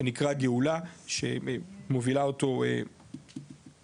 שנקרא 'גאולה' שמובילה אותו מרינה,